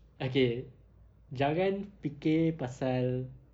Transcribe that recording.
okay jangan fikir pasal